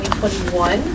2021